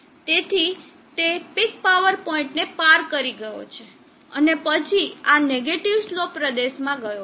તેથી તે peak power પોઇન્ટને પાર કરી ગયો છે અને પછી આ નેગેટીવ સ્લોપ પ્રદેશમાં ગયો છે